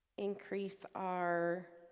increase our